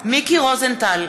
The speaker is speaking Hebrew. מיקי רוזנטל,